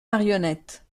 marionnettes